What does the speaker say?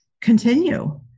continue